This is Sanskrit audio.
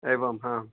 एवं हा